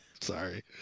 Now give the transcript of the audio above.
Sorry